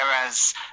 Whereas